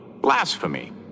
blasphemy